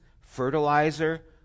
fertilizer